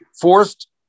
forced